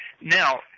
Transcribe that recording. Now –